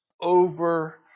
over